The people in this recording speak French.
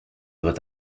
doit